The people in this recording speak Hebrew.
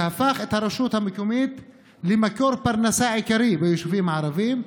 שהפך את הרשות המקומית למקור פרנסה עיקרי ביישובים הערביים,